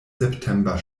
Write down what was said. september